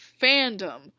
fandom